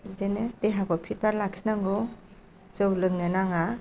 बिदिनो देहाखौ फिट फाट लाखिनांगौ जौ लोंनो नाङा